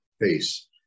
face